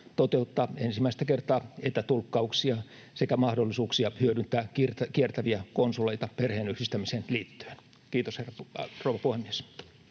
toteuttaa ensimmäistä kertaa etätulkkauksia sekä mahdollisuuksia hyödyntää kiertäviä konsuleita perheenyhdistämiseen liittyen. — Kiitos, rouva puhemies.